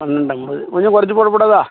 பன்னெண்டு ஐம்பது கொஞ்சம் கொறைச்சி போடக்கூடாதா